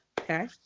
Okay